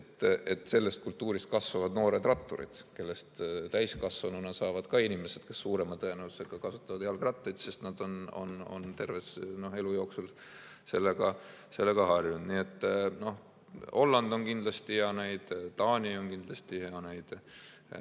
Sellest kultuurist kasvavad noored ratturid, kellest täiskasvanuna saavad inimesed, kes suurema tõenäosusega kasutavad jalgrattaid, sest nad on terve elu jooksul sellega harjunud. Nii et Holland on kindlasti hea näide, Taani on kindlasti hea näide,